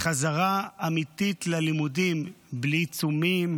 לחזרה אמיתית ללימודים בלי עיצומים,